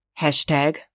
hashtag